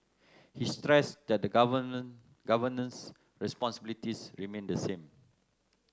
he stressed that the Government Government's responsibilities remain the same